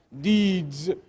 deeds